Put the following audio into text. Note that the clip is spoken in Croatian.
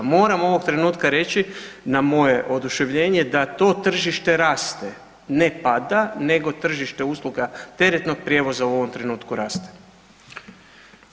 Moram ovog trenutka reći, na moje oduševljenje, da to tržište raste, ne pada, nego tržište usluga teretnog prijevoza u ovom trenutku raste.